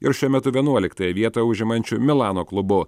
ir šiuo metu vienuoliktąją vietą užimančiu milano klubu